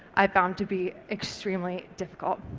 i found to be extremely difficult.